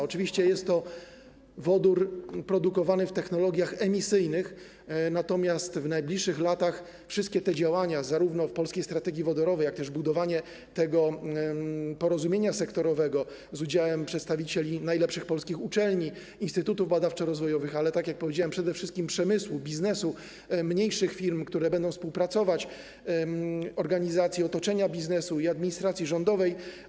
Oczywiście jest to wodór produkowany w technologiach emisyjnych, natomiast w najbliższych latach zarówno wszystkie działania wynikające z polskiej strategii wodorowej, jak i budowanie porozumienia sektorowego z udziałem przedstawicieli najlepszych polskich uczelni, instytutów badawczo-rozwojowych, ale także, tak jak powiedziałem, przede wszystkim przemysłu, biznesu, mniejszych firm, które będą współpracować, organizacji z otoczenia biznesu i administracji rządowej.